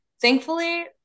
thankfully